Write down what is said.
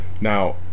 Now